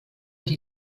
die